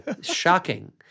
Shocking